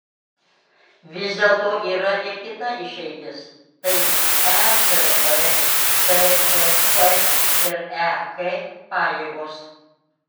vis dėlto yra ir kita išeitis tai ecb tvf ir ek pajėgos